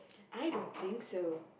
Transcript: I don't think so